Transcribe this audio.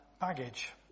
baggage